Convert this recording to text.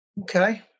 Okay